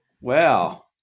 Wow